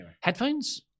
Headphones